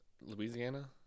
Louisiana